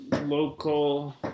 Local